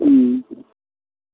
ह्म्म